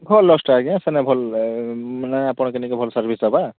ଭଲ୍ ଲଜ୍ଟେ ଆଜ୍ଞା ସେନେ ଭଲ୍ ମାନେ ଆପଣଙ୍କ ନିକେ ଭଲ୍ ସର୍ଭିସ୍ ଦେବା